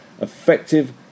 Effective